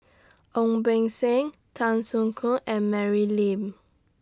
Ong Beng Seng Tan Soo Khoon and Mary Lim